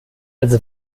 als